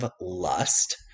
lust